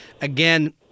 Again